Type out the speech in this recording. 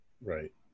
Right